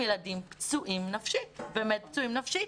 ילדים פצועים נפשית והם באמת פצועים נפשית.